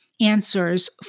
answers